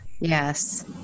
yes